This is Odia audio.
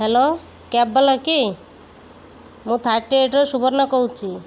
ହ୍ୟାଲୋ କ୍ୟାବ୍ବାଲା କି ମୁଁ ଥାର୍ଟି ଏଇଟ୍ରୁ ସୁବର୍ଣ୍ଣା କହୁଛି